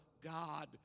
God